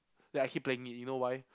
that I keep playing it you know why